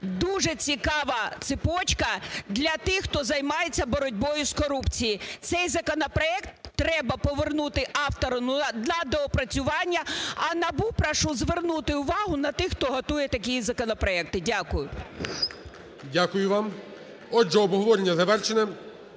Дуже цікава "цепочка" для тих, хто займається боротьбою з корупцією. Цей законопроект треба повернути автору на доопрацювання, а НАБУ прошу звернути увагу на тих, хто готує такі законопроекти. Дякую. ГОЛОВУЮЧИЙ. Дякую вам. Отже, обговорення завершено,